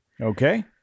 Okay